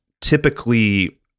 typically